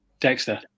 Dexter